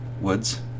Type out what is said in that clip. woods